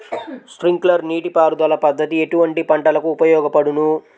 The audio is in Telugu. స్ప్రింక్లర్ నీటిపారుదల పద్దతి ఎటువంటి పంటలకు ఉపయోగపడును?